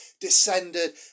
descended